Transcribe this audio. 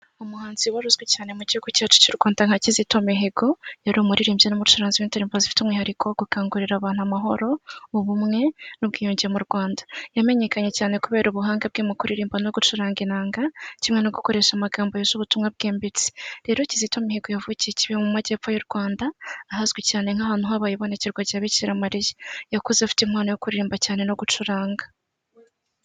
Umuhanzi wari uzwi cyane mu gihugu cyacu cy'u Rwanda nka Kizito Mihigo, yari umuririmbyi n'umucuranzi w'indirimbo zifite umwihariko wo gukangurira abantu amahoro, ubumwe n'ubwiyunge mu Rwanda. Yamenyekanye cyane kubera ubuhanga bwe mu kuririmba no gucuranga inanga, kimwe no gukoresha amagambo yuje ubutumwa bwimbitse. Rero Kizito Mihigo yavukiye i Kibeho mu majyepfo y'u Rwanda, ahazwi cyane nk'ahantu habaye ibonekerwa rya Bikira Mariya. Yakuze afite impano yo kuririmba cyane no gucuranga.